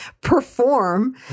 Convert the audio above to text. perform